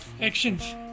actions